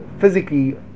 physically